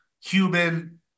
human